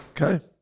Okay